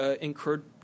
incurred